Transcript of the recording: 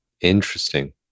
Interesting